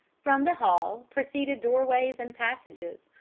from the hall proceeded doorways and passages,